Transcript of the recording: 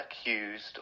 accused